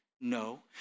no